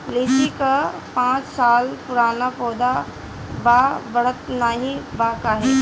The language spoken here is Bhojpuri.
लीची क पांच साल पुराना पौधा बा बढ़त नाहीं बा काहे?